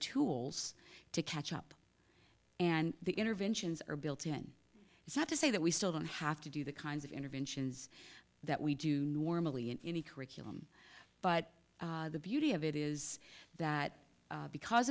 tools to catch up and the interventions are built in it's not to say that we still don't have to do the kinds of interventions that we do normally in any curriculum but the beauty of it is that because